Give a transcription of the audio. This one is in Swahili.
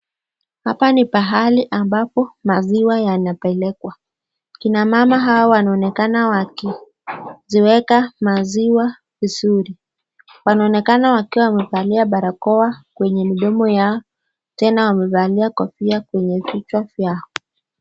Hapa ni pahali ambapo maziwa yanapelekwa. Kina mama hawa wanaonekana wakiziweka maziwa vizuri. Wanaonekana wakiwa wamevalia barakoa kwenye midomo yao, tena wamevalia kofia kwenye vichwa vyao.